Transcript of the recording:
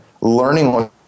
learning